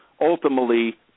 ultimately